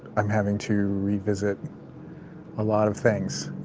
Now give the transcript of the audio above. i'm having to revisit a lot of things.